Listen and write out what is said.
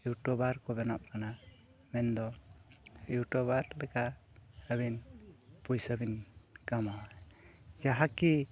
ᱠᱚ ᱵᱮᱱᱟᱜ ᱠᱟᱱᱟ ᱢᱮᱱᱫᱚ ᱞᱮᱠᱟ ᱟᱹᱵᱤᱱ ᱯᱩᱭᱥᱟᱹ ᱵᱤᱱ ᱠᱟᱢᱟᱣᱟ ᱡᱟᱦᱟᱸ ᱠᱤ